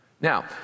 Now